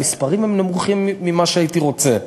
המספרים הם נמוכים ממה שהייתי רוצה.